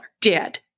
dead